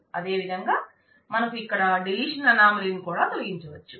అదే విధంగా మనకు ఇక్కద డిలీషన్ అనామలీని కూడా తొలగించవచ్చు